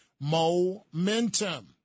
momentum